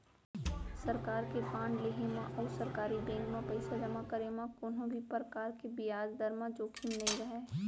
सरकार के बांड लेहे म अउ सरकारी बेंक म पइसा जमा करे म कोनों भी परकार के बियाज दर म जोखिम नइ रहय